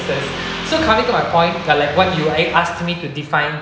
so coming to my point like what you asked me to define